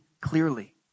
clearly